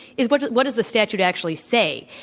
is what what does the statute actually say?